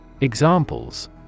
Examples